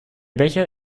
becher